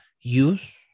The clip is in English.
use